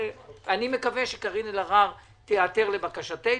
אני מקווה שקארין אלהרר תיעתר לבקשתנו,